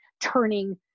turning